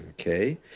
okay